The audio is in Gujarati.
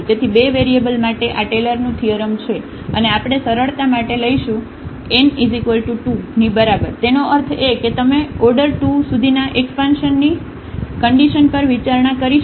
તેથી બે વેરિયેબલ માટે આ ટેલરનું થીઅરમ છે અને આપણે સરળતા માટે લઈશું n 2 ની બરાબર તેનો અર્થ એ કે તમે આર્ડર to સુધીના એકસપાનષનની કન્ડિશન પર વિચારણા કરી શકો છો